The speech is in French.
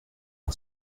par